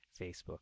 facebook